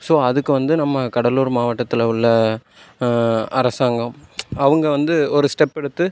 so அதுக்கு வந்து நம்ம கடலூர் மாவட்டத்தில் உள்ள அரசாங்கம் அவங்க வந்து ஒரு ஸ்டெப் எடுத்து